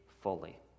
fully